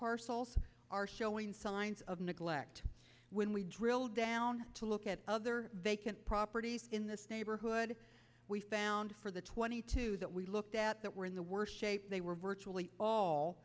parcels are showing signs of neglect when we drill down to look at other vacant properties in this neighborhood we found for the twenty two that we looked at that were in the worst shape they were virtually all